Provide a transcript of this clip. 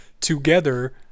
together